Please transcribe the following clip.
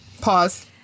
Pause